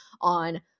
on